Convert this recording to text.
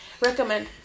Recommend